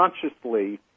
consciously